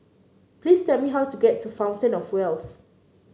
please tell me how to get to Fountain Of Wealth